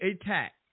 attack